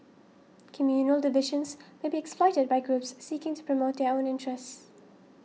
communal divisions may be exploited by groups seeking to promote their own interests